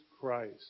Christ